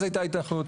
אז הייתה היתכנות.